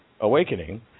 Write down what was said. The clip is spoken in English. awakening